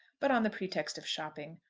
but on the pretext of shopping.